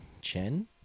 Chen